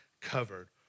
covered